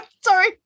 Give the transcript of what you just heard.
sorry